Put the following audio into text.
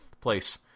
place